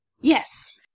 Yes